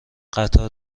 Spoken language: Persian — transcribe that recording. قطار